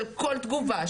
של כל תגובה,